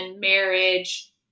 marriage